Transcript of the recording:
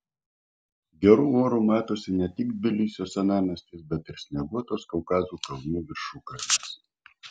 geru oru matosi ne tik tbilisio senamiestis bet ir snieguotos kaukazo kalnų viršukalnės